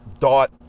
Dot